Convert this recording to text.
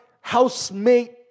Housemate